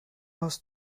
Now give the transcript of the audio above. hast